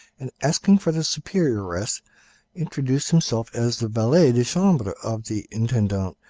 and asking for the superioress, introduced himself as the valet de chambre of the intendant,